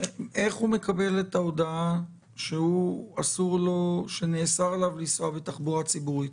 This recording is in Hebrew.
איך הוא מקבל את ההודעה שנאסר עליו לנסוע בתחבורה ציבורית?